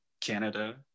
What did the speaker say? Canada